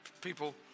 people